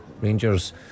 Rangers